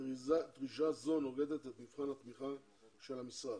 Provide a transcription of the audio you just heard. דרישה זו נוגדת את מבחן התמיכה של המשרד.